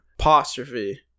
Apostrophe